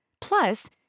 Plus